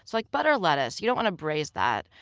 like butter lettuce, you don't want to braise that.